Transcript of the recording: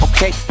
Okay